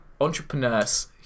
entrepreneurs